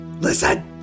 Listen